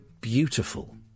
beautiful